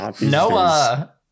Noah